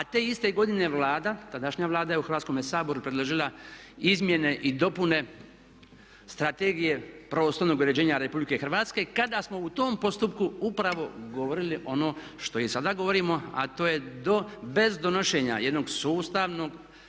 A te iste godine Vlada, tadašnja Vlada, je u Hrvatskome saboru predložila izmjene i dopune Strategije prostornog uređenja Republike Hrvatske kada smo u tom postupku upravo govorili ono što i sada govorimo, a to je bez donošenja jednog sustavnog